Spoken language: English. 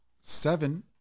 seven